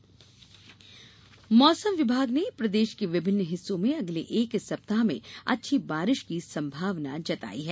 मौसम मौसम विभाग ने प्रदेश के विभिन्न हिस्सों में अगले एक सप्ताह अच्छी बारिश की संभावना जताई है